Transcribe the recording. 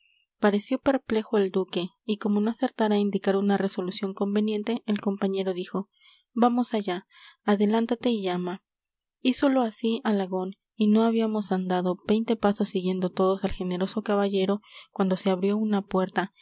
pareció perplejo el duque y como no acertara a indicar una resolución conveniente el compañero dijo vamos allá adelántate y llama hízolo así alagón y no habíamos andado veinte pasos siguiendo todos al generoso caballero cuando se abrió una puerta